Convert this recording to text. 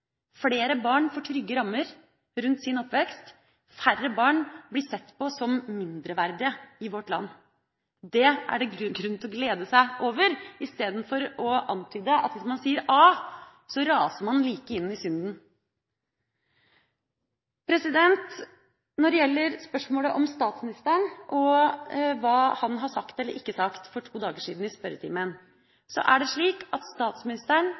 Flere barn får trygge rammer rundt sin oppvekst, færre barn blir sett på som mindreverdige i vårt land. Det er det grunn til å glede seg over, istedenfor å antyde at hvis man sier a, så raser man like inn i synden. Når det gjelder spørsmålet om statsministeren og hva han har sagt eller ikke sagt i spørretimen for to dager siden, er det slik at statsministeren,